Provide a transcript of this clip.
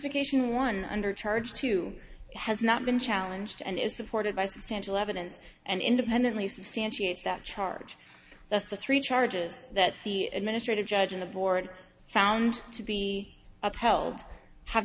ication one under charge two has not been challenged and is supported by substantial evidence and independently substantiate that charge that's the three charges that the administrative judge in the board found to be upheld have